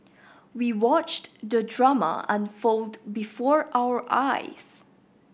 we watched the drama unfold before our eyes